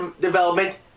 development